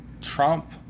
Trump